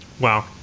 Wow